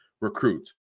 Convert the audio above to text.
recruit